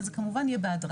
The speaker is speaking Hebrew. אבל זה כמובן יהיה בהדרגה.